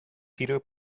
peter